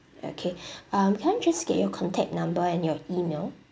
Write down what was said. okay um can I just get your contact number and your email